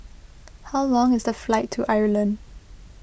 how long is the flight to Ireland